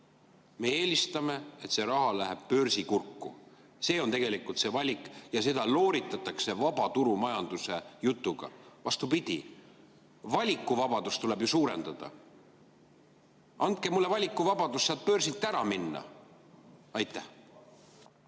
Me eelistame, et see raha läheb börsi kurku. See on tegelikult see valik ja seda looritatakse vabaturumajanduse jutuga. Vastupidi, valikuvabadust tuleb ju suurendada. Andke mulle valikuvabadus sealt börsilt ära minna!